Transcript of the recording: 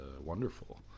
wonderful